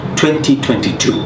2022